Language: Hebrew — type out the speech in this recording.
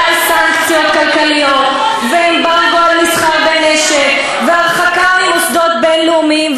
שכלל סנקציות כלכליות ואמברגו על מסחר בנשק והרחקה ממוסדות בין-לאומיים,